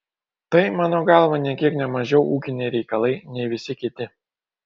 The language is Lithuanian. tai mano galva nė kiek ne mažiau ūkiniai reikalai nei visi kiti